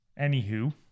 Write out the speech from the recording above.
anywho